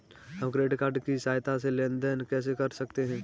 हम credit card की सहायता से लेन देन कैसे कर सकते हैं?